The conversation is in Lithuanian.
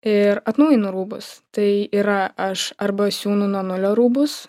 ir atnaujinu rūbus tai yra aš arba siūnu nuo nulio rūbus